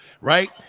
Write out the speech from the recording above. right